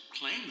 claim